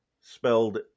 spelled